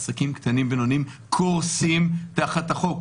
עסקים קטנים ובינוניים קורסים תחת החוק.